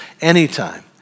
anytime